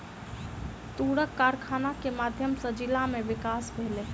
तूरक कारखाना के माध्यम सॅ जिला में विकास भेलै